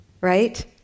right